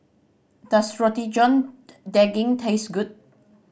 does Roti John Daging taste good